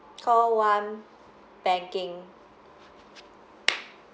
call one banking